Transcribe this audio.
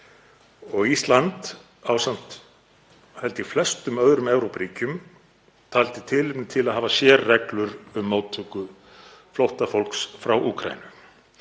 Ísland, ásamt held ég flestum öðrum Evrópuríkjum, taldi tilefni til að hafa sérreglur um móttöku flóttafólks frá Úkraínu